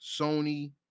Sony